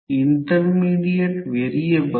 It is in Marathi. मी त्याचप्रकारे ∅ Fm R वेबर शोधेल